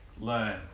learn